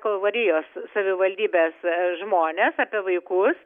kalvarijos savivaldybės žmones apie vaikus